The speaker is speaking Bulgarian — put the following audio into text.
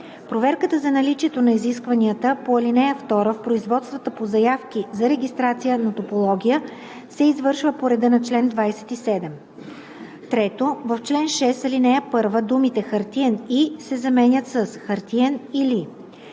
Проверката за наличието на изискванията по ал. 2 в производствата по заявки за регистрация на топология, се извършва по реда на чл. 27.“ 3. В чл. 6, ал. 1 думите „хартиен и" се заменят с „хартиен или“.